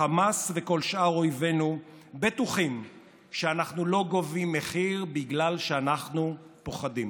החמאס וכל שאר אויבינו בטוחים שאנחנו לא גובים מחיר בגלל שאנחנו פוחדים.